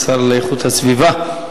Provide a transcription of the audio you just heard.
השר לאיכות הסביבה,